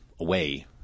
away